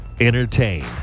Entertain